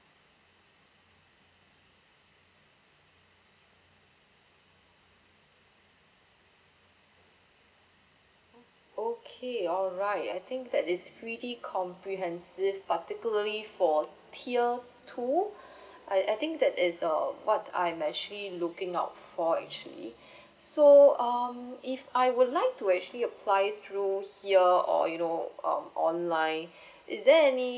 okay alright I think that is pretty comprehensive particularly for tier two I I think that is a what I'm actually looking out for actually so um if I would like to actually applies through here or you know um online is there any